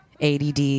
ADD